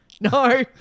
No